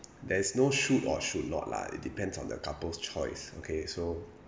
there is no should or should not lah it depends on the couple's choice okay so